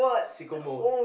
sicko mode